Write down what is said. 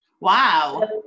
Wow